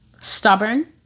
Stubborn